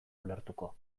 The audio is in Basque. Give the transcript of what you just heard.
ulertuko